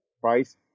price